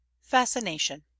fascination